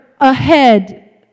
ahead